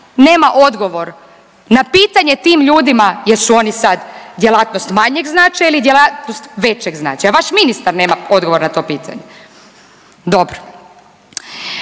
nema odgovor na pitanje tim ljudima jesu oni sad djelatnost manjeg značaja ili djelatnost većeg značaja, vaš ministar nema odgovor na to pitanje. Dobro.